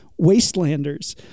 wastelanders